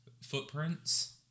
footprints